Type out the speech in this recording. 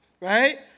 Right